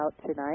tonight